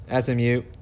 SMU